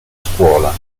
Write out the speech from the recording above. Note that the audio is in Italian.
scuola